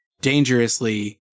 dangerously